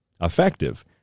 effective